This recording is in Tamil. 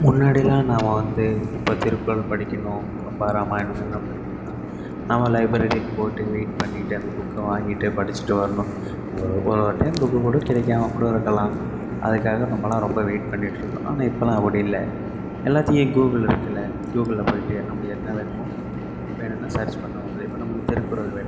முன்னாடியெலாம் நாம் வந்து இப்போ திருக்குறள் படிக்கணும் கம்பராமாயணம் இதெலாம் படிக்கணும்னா நம்ம லைப்ரரிக்கு போய்ட்டு வெயிட் பண்ணிட்டு அந்த புக்கை வாங்கிட்டு படிச்சிட்டு வரணும் ஒரு ஒரு டைம் புக்கு கூட கிடைக்காம கூட இருக்கலாம் அதுக்காக நம்மலாம் ரொம்ப வெயிட் பண்ணிட்டிருக்கணும் ஆனால் இப்போலாம் அப்படி இல்லை எல்லாத்தையும் கூகுளில் இருக்குல்ல கூகுளில் போயிட்டு நம்ம என்ன வேணுமோ அப்புறம் என்னென்ன செர்ச் பண்ணுவோம் இப்போ நம்மளுக்கு திருக்குறள் வேணுமா